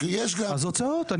אז הוצאות.